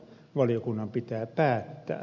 valiokunnan pitää päättää